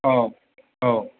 औ औ